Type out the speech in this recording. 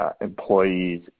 employees